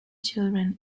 children